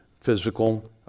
physical